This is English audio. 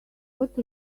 what